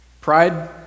Pride